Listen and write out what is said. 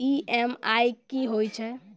EMI कि होय छै?